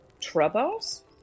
Troubles